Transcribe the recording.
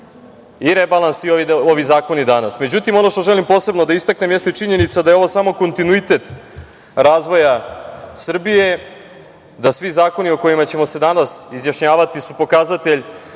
i rebalans i ovi zakoni danas. Međutim, ono što želim posebno da istaknem jeste činjenica da je ovo samo kontinuitet razvoja Srbije, da svi zakoni o kojima ćemo se danas izjašnjavati su pokazatelj